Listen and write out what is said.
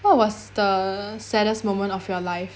what was the saddest moment of your life